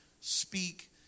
speak